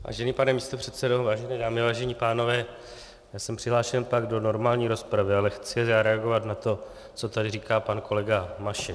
Vážený pane místopředsedo, vážené dámy, vážení pánové, já jsem přihlášen pak do normální rozpravy, ale chci zareagovat na to, co tady říkal pan kolega Mašek.